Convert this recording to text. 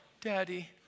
Daddy